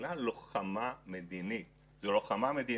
התעשיות הביטחוניות, זה כמובן בתיאום